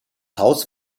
haus